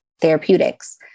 therapeutics